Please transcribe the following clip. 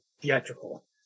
theatrical